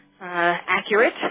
accurate